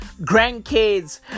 Grandkids